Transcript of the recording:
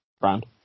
brand